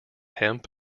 hemp